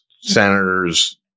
senators